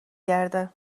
گرده